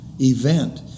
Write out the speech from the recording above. event